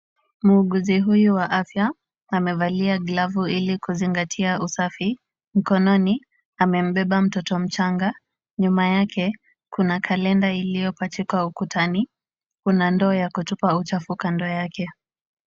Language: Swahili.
Muuguzi huyu wa afya amevalia glavu ili kuzingatia usafi. Mkononi amembeba mtoto mchanga. Nyuma yake kuna kalenda iliyopachikwa ukutani. Kuna ndoo ya kutupa uchafu kando yake.